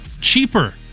cheaper